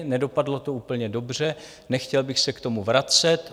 Nedopadlo to úplně dobře, nechtěl bych se k tomu vracet.